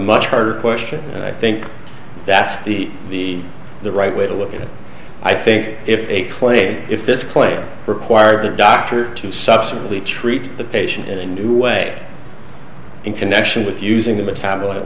much harder question and i think that's the be the right way to look at it i think if a play if this player required the doctor to subsequently treat the patient in a new way in connection with using the metaboli